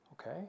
Okay